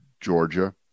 Georgia